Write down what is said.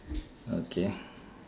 okay